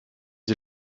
sie